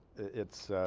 it's ah.